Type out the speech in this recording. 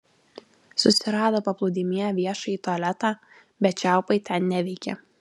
susirado paplūdimyje viešąjį tualetą bet čiaupai ten neveikė